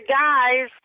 guys